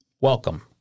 welcome